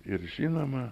ir žinoma